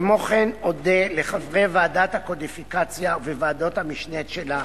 כמו כן אודה לחברי ועדת הקודיפיקציה וועדות המשנה שלה,